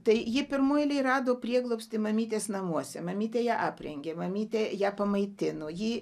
tai ji pirmoj eilėj rado prieglobstį mamytės namuose mamytė ją aprengė mamytė ją pamaitino ji